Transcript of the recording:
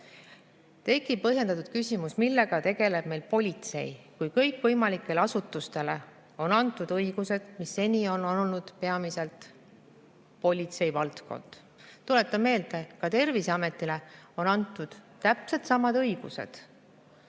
Tekib põhjendatud küsimus, millega tegeleb meil politsei, kui kõikvõimalikele asutustele on antud õigused, mis seni on olnud peamiselt politsei valdkond. Tuletan meelde, et ka Terviseametile on antud täpselt samad õigused.